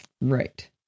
Right